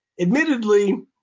admittedly